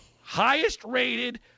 highest-rated